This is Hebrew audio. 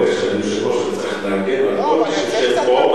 היושב-ראש צריך להגן על כל מי שיושב פה.